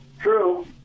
true